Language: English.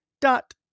dot